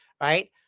right